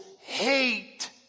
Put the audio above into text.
hate